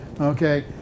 Okay